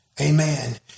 amen